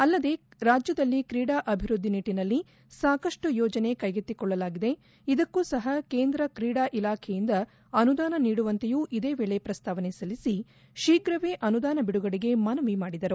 ಅಲ್ಲದೆ ರಾಜ್ಯದಲ್ಲಿ ಕ್ರೀಡಾ ಅಭಿವೃದ್ದಿ ನಿಟ್ಟನಲ್ಲಿ ಸಾಕಷ್ಟು ಯೋಜನೆ ಕೈಗೆತ್ತಿಕೊಳ್ಳಲಾಗಿದೆ ಇದಕ್ಕೂ ಸಹ ಕೇಂದ್ರ ಕ್ರೀಡಾ ಇಲಾಖೆಯಿಂದ ಅನುದಾನ ನೀಡುವಂತೆಯೂ ಇದೇ ವೇಳೆ ಪ್ರಸ್ತಾವನೆ ಸಲ್ಲಿಸಿ ಶೀಘವೇ ಅನುದಾನ ಬಿಡುಗಡೆಗೆ ಮನವಿ ಮಾಡಿದರು